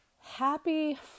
Happy